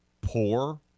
poor